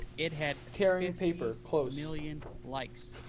it had fifty million likes.